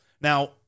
Now